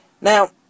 Now